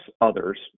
others